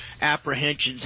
apprehensions